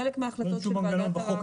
חלק מההחלטות --- אין שום מנגנון בחוק,